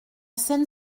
scène